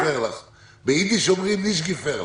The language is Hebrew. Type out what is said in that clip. הזה --- ביידיש אומרים "נישט געפערליך"